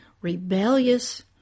rebellious